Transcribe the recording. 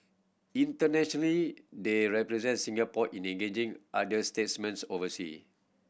internationally they represent Singapore in engaging other statesmen oversea